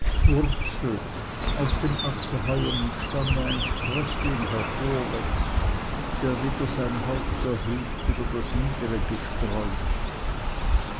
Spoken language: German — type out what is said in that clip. wurzelt aus dem abgehauenen stamme ein sprößling hervorwächst der wieder sein haupt erhebt über das niedere